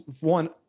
one